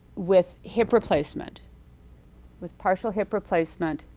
with hip replacement with partial hip replacement,